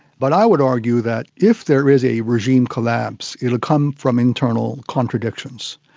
but i would argue that if there is a regime collapse, it will come from internal contradictions.